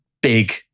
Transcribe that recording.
big